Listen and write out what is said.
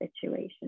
situation